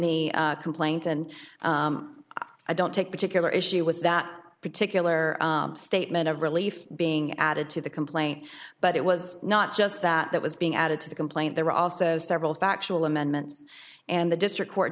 the complaint and i don't take particular issue with that particular statement of relief being added to the complaint but it was not just that that was being added to the complaint there were also several factual amendments and the district court